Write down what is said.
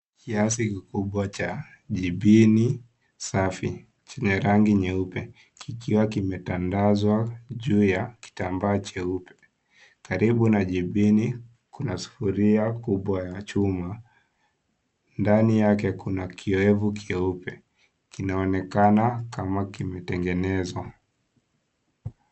Kiasi kikubwa cha jibini safi, chenye rangi nyeupe, kikiwa kimetandazwa juu ya kitambaa cheupe. Karibu na jibini kuna sufuria kubwa ya chuma, ndani yake kuna kioevu cheupe, kinaonekana kama kimetengeneza.